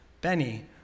Benny